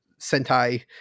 Sentai